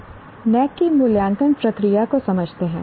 अब NAAC की मूल्यांकन प्रक्रिया को समझते हैं